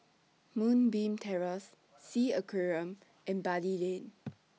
Moonbeam Terrace S E A Aquarium and Bali Lane